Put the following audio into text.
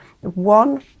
one